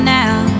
now